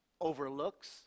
overlooks